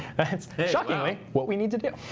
that's shockingly what we need to do.